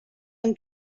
han